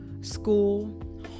school